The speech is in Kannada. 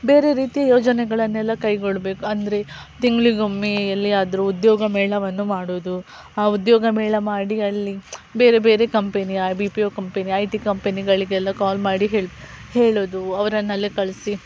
ಬೇರೆ ರೀತಿಯ ಯೋಜನೆಗಳನ್ನೆಲ್ಲ ಕೈಗೊಳ್ಳಬೇಕು ಅಂದರೆ ತಿಂಗಳಿಗೊಮ್ಮೆ ಎಲ್ಲಿ ಆದರು ಉದ್ಯೋಗ ಮೇಳವನ್ನು ಮಾಡೋದು ಆ ಉದ್ಯೋಗಮೇಳ ಮಾಡಿ ಅಲ್ಲಿ ಬೇರೆ ಬೇರೆ ಕಂಪನಿಯ B P O company I T ಕಂಪೆನಿಗಳಿಗೆಲ್ಲ ಕಾಲ್ ಮಾಡಿ ಹೇಳಿ ಹೇಳೋದು ಅವರನ್ನಲ್ಲಿ ಕಳಿಸಿ